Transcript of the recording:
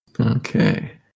Okay